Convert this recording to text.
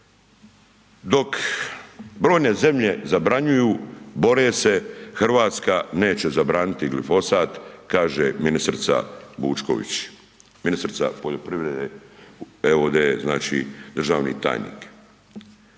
Dok brojne zemlje zabranjuju, bore se, Hrvatska neće zabraniti glifosat, kaže ministrica Vučković. Ministrica poljoprivrede, evo ovdje je znači državni tajnik.